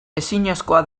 ezinezkoa